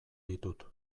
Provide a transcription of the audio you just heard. ditut